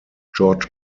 george